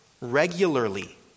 regularly